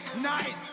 Night